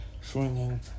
swinging